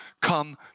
come